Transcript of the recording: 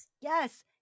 Yes